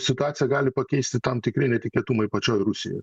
situaciją gali pakeisti tam tikri netikėtumai pačioj rusijoj